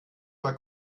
mal